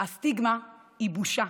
הסטיגמה היא בושה,